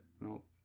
Nope